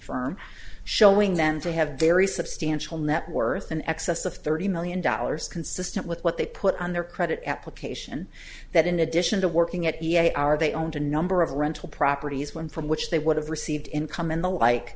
firm showing them to have very substantial net worth in excess of thirty million dollars consistent with what they put on their credit application that in addition to working at e a are they owned a number of rental properties one from which they would have received income and the like